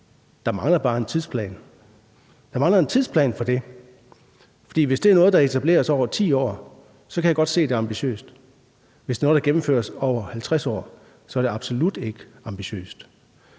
Der mangler bare en tidsplan. Der mangler en tidsplan for det. For hvis det er noget, der etableres over 10 år, så kan jeg godt se, at det er ambitiøst. Hvis det er noget, der gennemføres over 50 år, er det absolut ikke ambitiøst.